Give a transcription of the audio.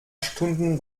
stunden